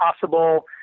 possible